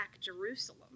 Jerusalem